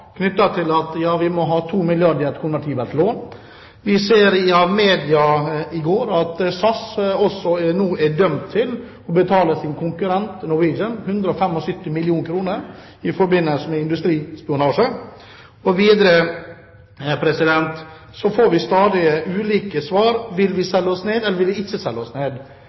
til at de må ha 2 milliarder kr til et konvertibelt lån. Vi kunne lese i media i går at SAS nå er dømt til å betale sin konkurrent Norwegian 175 mill. kr i forbindelse med industrispionasje. Videre får vi stadig ulike svar på om vi vil selge oss ned, eller vil vi ikke selge oss ned.